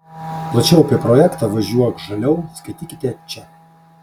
plačiau apie projektą važiuok žaliau skaitykite čia